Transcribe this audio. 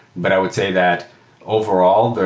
but i would say that overall,